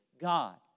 God